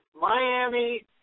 Miami